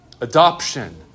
adoption